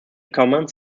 comments